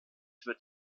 wird